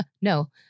no